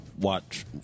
watch